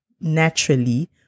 naturally